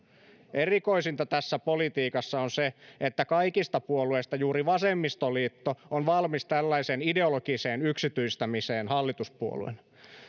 erikoisinta tässä politiikassa on se että kaikista puolueista juuri vasemmistoliitto on valmis tällaiseen ideologiseen yksityistämiseen hallituspuolueena